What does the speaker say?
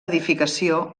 edificació